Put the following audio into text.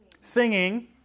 Singing